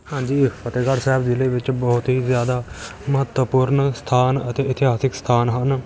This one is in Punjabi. ਹਾਂਜੀ ਫਤਿਹਗੜ੍ਹ ਸਾਹਿਬ ਜ਼ਿਲ੍ਹੇ ਵਿੱਚ ਬਹੁਤ ਹੀ ਜ਼ਿਆਦਾ ਮਹੱਤਵਪੂਰਨ ਸਥਾਨ ਅਤੇ ਇਤਿਹਾਸਕ ਸਥਾਨ ਹਨ